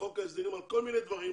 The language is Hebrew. בתחומי השיכון והתעסוקה.